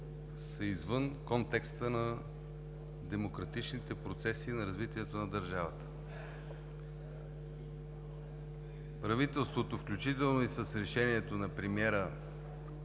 са извън контекста на демократичните процеси и на развитието на държавата. Правителството, включително и с решението на премиера